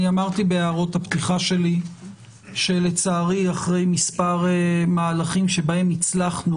אני אמרתי בהערות הפתיחה שלי שלצערי אחרי מספר מהלכים שבהם הצלחנו,